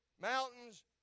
Mountains